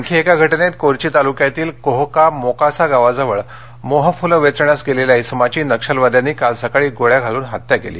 आणखी एका घटनेत कोरची तालुक्यातील कोहका मोकासा गावाजवळ मोहफुले वेचण्यास गेलेल्या अमाची नक्षलवाद्यांनी काल सकाळी गोळ्या घालून हत्या केली